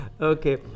Okay